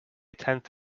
tenth